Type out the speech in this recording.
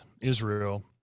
Israel